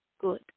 good